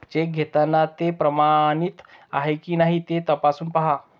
check घेताना ते प्रमाणित आहे की नाही ते तपासून पाहा